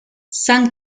san